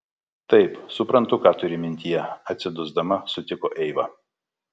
taip suprantu ką turi mintyje atsidusdama sutiko eiva